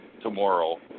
tomorrow